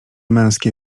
męskie